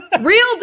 real